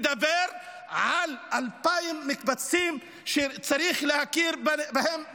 מדבר על 2,000 מקבצים שצריך להכיר בהם בנגב.